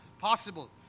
possible